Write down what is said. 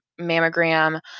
mammogram